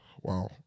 Wow